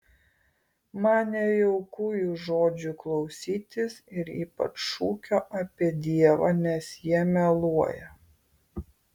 man nejauku jų žodžių klausytis ir ypač šūkio apie dievą nes jie meluoja